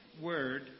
word